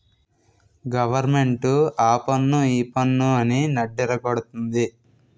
government ఆపన్ను ఈపన్ను అని నడ్డిరగ గొడతంది